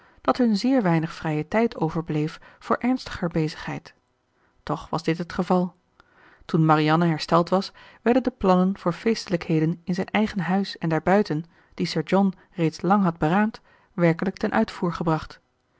dat hun zeer weinig vrije tijd overbleef voor ernstiger bezigheid toch was dit het geval toen marianne hersteld was werden de plannen voor feestelijkheden in zijn eigen huis en daarbuiten die sir john reeds lang had beraamd werkelijk ten uitvoer gebracht